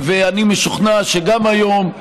ואני משוכנע שגם היום,